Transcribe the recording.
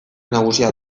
nagusia